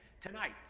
tonight